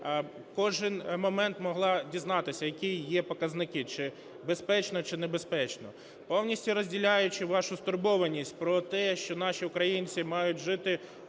кожен момент могла дізнатися, які є показники, чи безпечно, чи небезпечно. Повністю розділяючи вашу стурбованість про те, що наші українці мають жити